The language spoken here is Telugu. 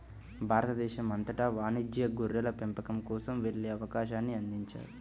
భారతదేశం అంతటా వాణిజ్య గొర్రెల పెంపకం కోసం వెళ్ళే అవకాశాన్ని అందించారు